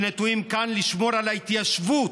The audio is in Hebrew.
שנטועים כאן, לשמור על ההתיישבות.